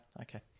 okay